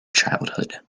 childhood